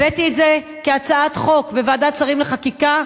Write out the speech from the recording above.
הבאתי את זה כהצעת חוק לוועדת שרים לחקיקה,